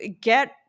get